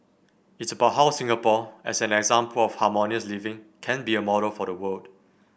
it's about how Singapore as an example of harmonious living can be a model for the world